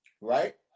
right